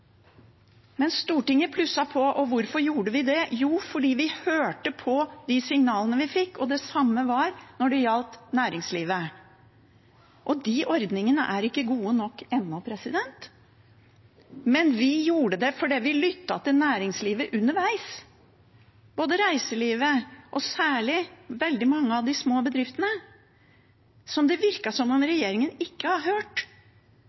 Men Stortinget plusset på, og hvorfor gjorde vi det? Jo, fordi vi hørte på de signalene vi fikk. Det samme gjorde vi når det gjaldt næringslivet, og de ordningene er ikke gode nok ennå. Vi gjorde det fordi vi lyttet til næringslivet underveis – både reiselivet og særlig veldig mange av de små bedriftene, som det virket som om regjeringen ikke har hørt,